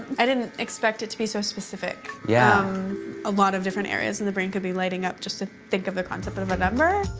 i didn't expect it to be so specific. yeah a lot of different areas in the brain could be lighting up just think of the concept but of a number.